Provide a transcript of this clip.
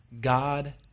God